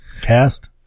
cast